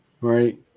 Right